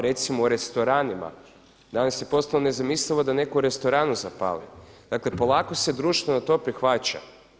Recimo u restoranima, danas je postalo nezamislivo da neko u restoranu zapali, dakle polako se društvo na to prihvaća.